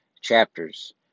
chapters